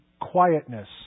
quietness